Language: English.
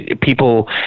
people